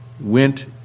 went